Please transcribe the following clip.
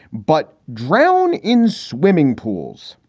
but drown in swimming pools.